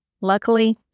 luckily